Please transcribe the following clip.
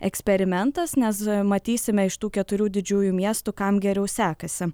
eksperimentas nes matysime iš tų keturių didžiųjų miestų kam geriau sekasi